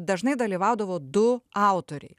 dažnai dalyvaudavo du autoriai